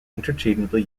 interchangeably